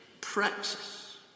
praxis